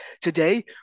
today